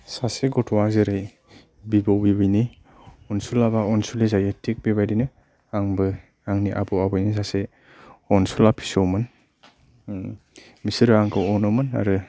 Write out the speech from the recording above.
सासे गथ'वा जेरै बिबौ बिबैनि अनसुला बा अनसुलि जायो थिग बेबादिनो आंबो आंनि आबौ आबैनि सासे अनसुला फिसौमोन बिसोरो आंखौ अनोमोन आरो